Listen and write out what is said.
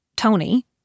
Tony